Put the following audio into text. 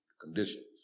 conditions